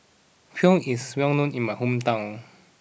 Pho is well known in my hometown